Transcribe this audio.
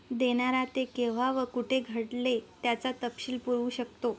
देणारा ते केव्हा व कुठे घडले त्याचा तपशील पुरवू शकतो